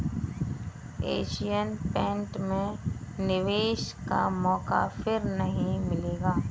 Asian paint में निवेश का मौका फिर नही मिलेगा